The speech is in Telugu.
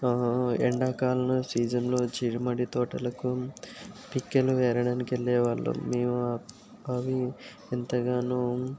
ఎండాకాలం సీజన్లో చిరుమడి తోటలకు పిక్కలు ఏరడానికి వెళ్లే వాళ్ళం మేము అవి ఎంతగానో